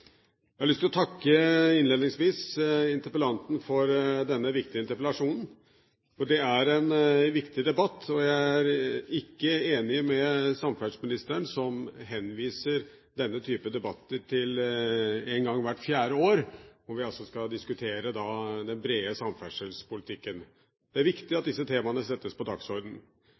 Jeg har innledningsvis lyst til å takke interpellanten for denne viktige interpellasjonen. Det er en viktig debatt, og jeg er ikke enig med samferdselsministeren som henviser denne type debatter til å være en gang hvert fjerde år, hvor vi altså da skal diskutere den brede samferdselspolitikken. Det er viktig at disse temaene settes på